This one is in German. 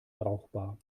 brauchbar